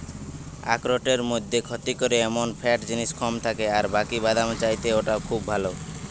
আখরোটের মধ্যে ক্ষতি করে এমন ফ্যাট জিনিস কম থাকে আর বাকি বাদামের চাইতে ওটা খুব ভালো